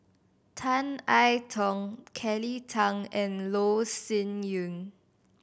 Tan I Tong Kelly Tang and Loh Sin Yun